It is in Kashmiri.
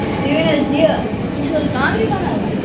تُہۍ ؤنیُو حظ یہِ تُہۍ چھُو حظ کانٛگرِ بناوان